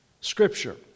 scripture